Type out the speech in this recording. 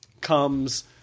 comes